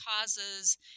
causes